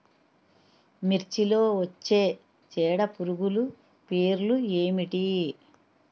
మిర్చిలో వచ్చే చీడపురుగులు పేర్లు ఏమిటి?